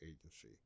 agency